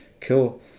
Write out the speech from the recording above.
cool